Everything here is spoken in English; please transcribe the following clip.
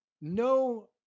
No